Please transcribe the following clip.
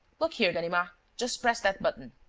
look here, ganimard just press that button.